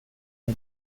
ere